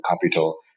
capital